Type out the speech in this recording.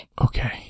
Okay